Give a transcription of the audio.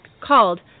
called